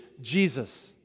Jesus